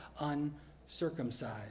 uncircumcised